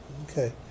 Okay